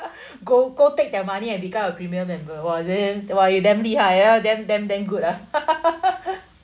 go go take their money and become a premium member !wah! then !wah! you damn damn damn good ah